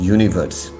Universe